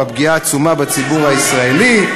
"הפגיעה העצומה בציבור הישראלי".